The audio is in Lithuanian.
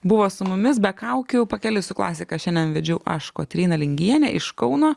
buvo su mumis be kaukių pakeliui su klasika šiandien vedžiau aš kotryna lingienė iš kauno